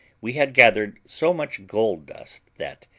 we had gathered so much gold-dust that,